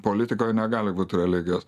politikoj negali būti religijos